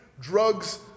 drugs